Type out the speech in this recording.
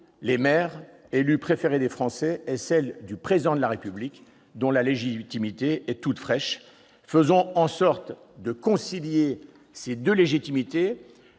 les maires, élus préférés des Français ; et celle du Président de la République, dont la légitimité est toute fraîche. Faisons en sorte de concilier ces deux légitimités